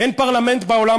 אין פרלמנט בעולם,